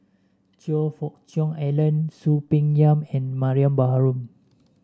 Choe Fook Cheong Alan Soon Peng Yam and Mariam Baharom